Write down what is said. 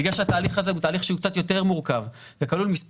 בגלל שהתהליך הזה הוא תהליך שהוא קצת